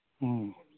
ꯑꯥ